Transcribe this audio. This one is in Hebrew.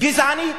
גזענית.